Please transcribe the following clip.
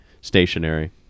stationary